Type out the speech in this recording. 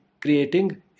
creating